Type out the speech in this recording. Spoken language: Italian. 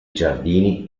giardini